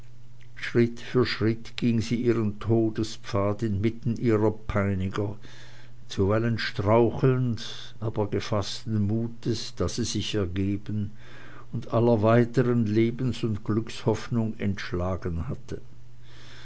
schritt für schritt ging sie ihren todespfad inmitten ihrer peiniger zuweilen strauchelnd aber gefaßten mutes da sie sich ergeben und aller weiteren lebens und glückeshoffnung entschlagen hatte